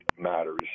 matters